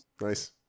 Nice